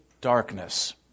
darkness